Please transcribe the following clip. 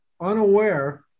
unaware